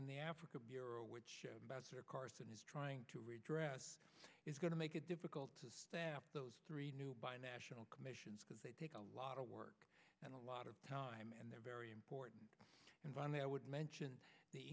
in the africa bureau which of course it is trying to redress is going to make it difficult to those three new bi national commissions because they take a lot of work and a lot of time and they are very important and vital i would mention the